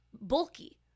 bulky